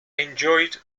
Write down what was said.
enjoyed